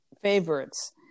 favorites